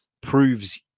proves